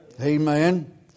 Amen